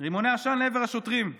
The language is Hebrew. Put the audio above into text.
רימוני עשן לעבר השוטרים,